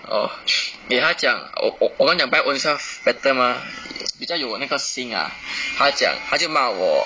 orh eh 她讲我我跟她讲 buy ownself better mah 比较有那个心 ah 她讲她就骂我